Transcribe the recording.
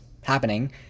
happening